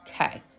Okay